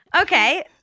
Okay